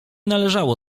należało